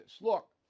Look